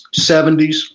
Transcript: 70s